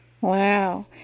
Wow